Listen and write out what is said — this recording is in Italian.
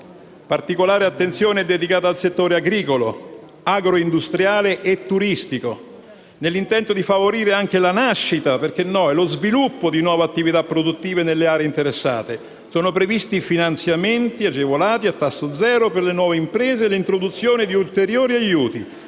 Particolare attenzione è dedicata al settore agricolo, agroindustriale e turistico. Nell'intento di favorire anche la nascita - perché no - e lo sviluppo di nuove attività produttive nelle aree interessate, sono previsti finanziamenti agevolati a tasso zero per le nuove imprese e l'introduzione di ulteriori aiuti